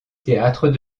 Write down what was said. théâtre